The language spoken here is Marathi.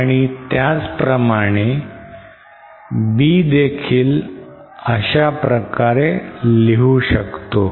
आणि त्याचप्रमाणे b देखील अशा प्रकारे लिहू शकतो